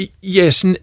Yes